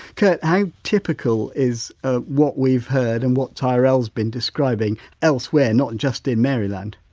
curt, how typical is ah what we've heard and what tyrell's been describing elsewhere, not just in maryland?